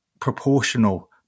proportional